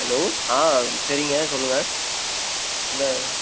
hello ஆ சரிங்க சொல்லுங்கள் என்ன